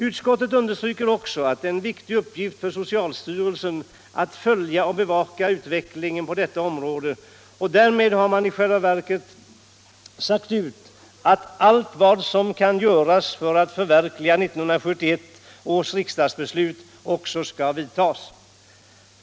Utskottet understryker också att det är en viktig uppgift för socialstyrelsen att följa och bevaka utvecklingen på detta område, och därmed har man i själva verket sagt ut att allt vad som kan göras för att förverkliga 1971 års riksdagsbeslut också skall göras.